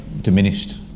diminished